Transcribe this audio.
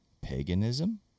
Paganism